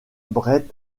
bret